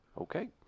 Okay